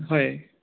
হয়